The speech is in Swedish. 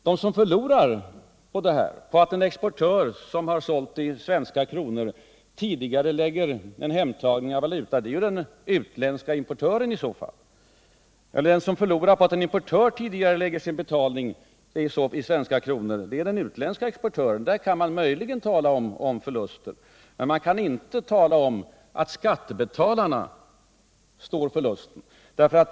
De som förlorar på att en exportör, som sålt i svenska kronor, tidigarelägger hemtagningen av valuta är den utländske importören. Den 'som förlorar på att en svensk importör tidigarelägger sin betalning i svenska kronor är den utländske exportören. I det sammanhanget kan man möjligen tala om förluster. Men man kan inte säga att våra skattebetalare står för dessa.